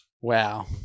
Wow